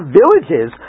villages